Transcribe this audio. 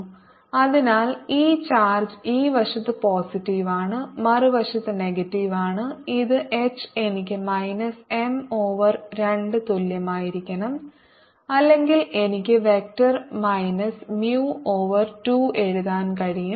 HMcosϕ δs RH0Hinside M2B 0H M 0M2 അതിനാൽ ഈ charge ഈ വശത്ത് പോസിറ്റീവ് ആണ് മറുവശത്ത് നെഗറ്റീവ് ആണ് ഇത് എച്ച് എനിക്ക് മൈനസ് എം ഓവർ 2 തുല്യമായിരിക്കണം അല്ലെങ്കിൽ എനിക്ക് വെക്റ്റർ മൈനസ് mu ഓവർ 2 എഴുതാൻ കഴിയും